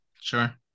sure